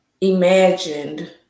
imagined